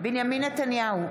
בנימין נתניהו,